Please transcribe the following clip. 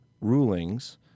rulings